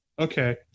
Okay